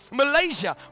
Malaysia